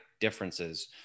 differences